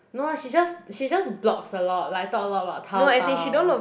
no lah she just she just blogs a lot like talk a lot about Taobao